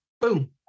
boom